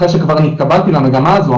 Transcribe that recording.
אחרי שכבר אני התקבלתי למגמה הזאת,